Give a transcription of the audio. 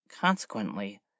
consequently